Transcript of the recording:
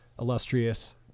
illustrious